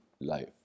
life